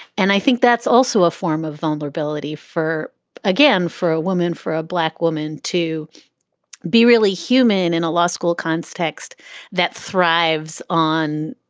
and i think that's also a form of vulnerability for again, for a woman, for a black woman to be really human in a law school context that thrives on